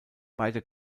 beide